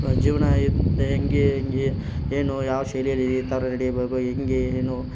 ಜೀವನ ಹೆಂಗೆ ಹೆಂಗೆ ಏನು ಯಾವ ಶೈಲಿಯಲ್ಲಿ ಈ ಥರ ನಡಿಬೇಕು ಹೆಂಗೆ ಏನು